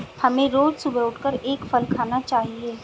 हमें रोज सुबह उठकर एक फल खाना चाहिए